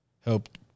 helped